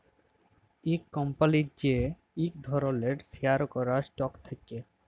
ইক কম্পলির যে ইক ধরলের শেয়ার ক্যরা স্টক থাক্যে